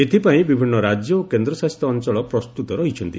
ଏଥିପାଇଁ ବିଭିନ୍ନ ରାଜ୍ୟ ଓ କେନ୍ଦ୍ରଶାସିତ ଅଞ୍ଚଳ ପ୍ରସ୍ତୁତ ରହିଛନ୍ତି